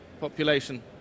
population